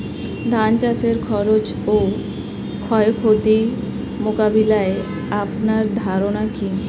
ধান চাষের খরচ ও ক্ষয়ক্ষতি মোকাবিলায় আপনার ধারণা কী?